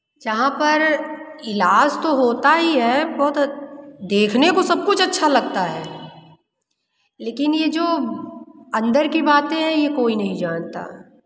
जहाँ पर इलाज़ तो होता ही है बहुत देखने को सब कुछ अच्छा लगता है लेकिन यह जो अंदर की बातें हैं यह कोई नहीं जानता